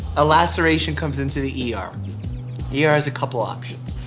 a laceration comes into the er. yeah er has a couple options.